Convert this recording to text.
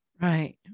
Right